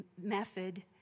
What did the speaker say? method